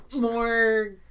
more